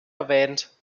erwähnt